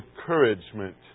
encouragement